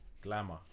glamour